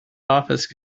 office